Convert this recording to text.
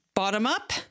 Bottom-up